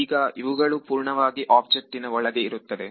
ಈಗ ಇವುಗಳು ಪೂರ್ಣವಾಗಿ ಆಬ್ಜೆಕ್ಟ್ ಇನ ಒಳಗೆ ಇರುತ್ತದೆ